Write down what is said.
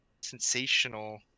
sensational